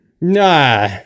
Nah